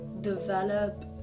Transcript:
develop